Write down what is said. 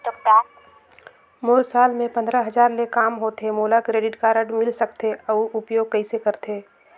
मोर साल मे पंद्रह हजार ले काम होथे मोला क्रेडिट कारड मिल सकथे? अउ उपयोग कइसे करथे?